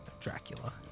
Dracula